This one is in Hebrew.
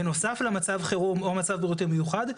בנוסף למצב חירום או מצב בריאותי מיוחד,